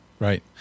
Right